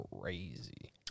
crazy